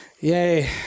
yay